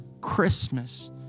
Christmas